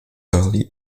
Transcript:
early